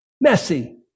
messy